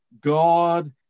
God